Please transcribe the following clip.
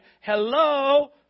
hello